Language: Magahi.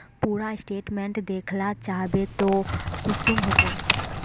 पूरा स्टेटमेंट देखला चाहबे तो कुंसम होते?